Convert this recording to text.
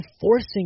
forcing